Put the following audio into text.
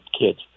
kids